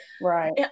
right